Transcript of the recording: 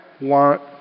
want